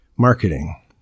Marketing